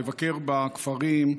לבקר בכפרים,